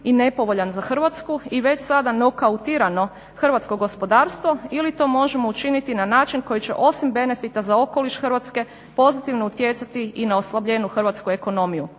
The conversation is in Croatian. i nepovoljan za Hrvatsku i već sada nokautirano hrvatsko gospodarstvo ili to možemo učiniti na način koji će osim benefita za okoliš Hrvatske pozitivno utjecati i na oslabljenu hrvatsku ekonomiju.